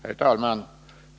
Herr talman!